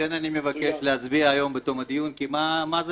לכן אני מבקש להצביע היום בתום הדיון כי מה זה